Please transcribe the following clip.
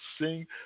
sing